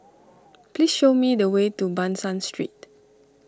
please show me the way to Ban San Street